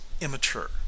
immature